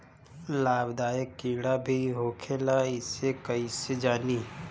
लाभदायक कीड़ा भी होखेला इसे कईसे जानी?